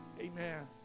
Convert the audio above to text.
Amen